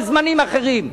בזמנים אחרים,